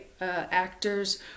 actors